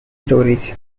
stories